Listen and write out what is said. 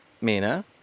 Mina